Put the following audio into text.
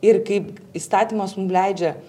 ir kaip įstatymas mum leidžia